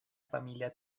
familia